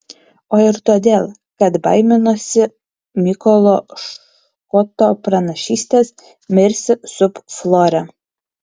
o ir todėl kad baiminosi mykolo škoto pranašystės mirsi sub flore